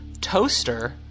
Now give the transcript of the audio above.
toaster